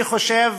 אני חושב